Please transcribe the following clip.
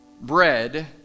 bread